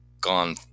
gone